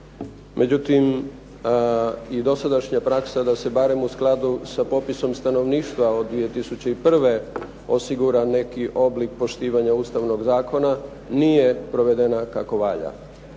međutim i dosadašnja praksa je da se barem u skladu sa popisom stanovništva od 2001. osigura neki oblik poštivanja ustavnog zakona, nije provedena kako valja.